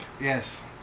Yes